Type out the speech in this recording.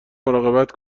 مراقبت